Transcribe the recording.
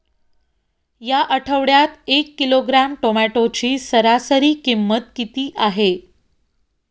या आठवड्यात एक किलोग्रॅम टोमॅटोची सरासरी किंमत किती आहे?